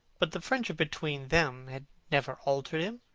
but the friendship between them had never altered him.